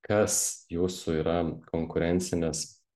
kas jūsų yra konkurencinis